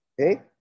Okay